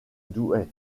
douai